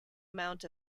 amount